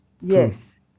Yes